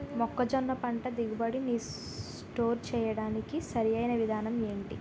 మొక్కజొన్న పంట దిగుబడి నీ స్టోర్ చేయడానికి సరియైన విధానం ఎంటి?